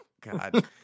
God